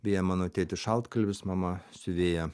beje mano tėtis šaltkalvis mama siuvėja